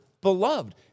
beloved